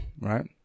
right